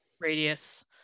radius